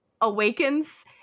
awakens